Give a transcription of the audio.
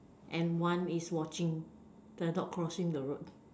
and one is watching the dog crossing the road